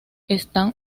están